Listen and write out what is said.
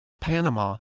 Panama